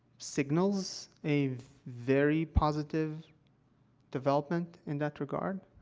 signals a very positive development in that regard.